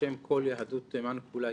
בשם כל יהדות תימן כולה,